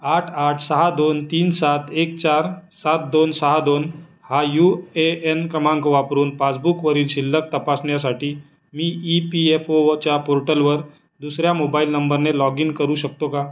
आठ आठ सहा दोन तीन सात एक चार सात दोन सहा दोन हा यू ए एन क्रमांक वापरून पासबुकवरील शिल्लक तपासण्यासाठी मी ई पी एफ ओच्या पोर्टलवर दुसऱ्या मोबाईल नंबरने लॉग इन करू शकतो का